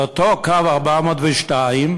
על אותו קו, 402,